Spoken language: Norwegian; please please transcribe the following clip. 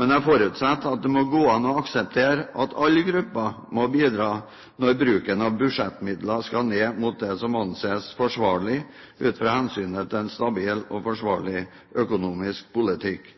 men jeg forutsetter at det må gå an å akseptere at alle grupper må bidra når bruken av budsjettmidler skal ned mot det som anses forsvarlig ut fra hensynet til en stabil og forsvarlig økonomisk politikk.